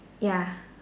ya